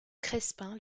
crespin